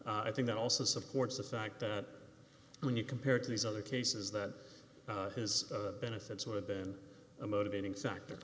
amount i think that also supports the fact that when you compared to these other cases that his benefits would have been a motivating factor